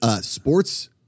Sports